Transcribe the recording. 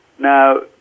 Now